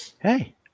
Hey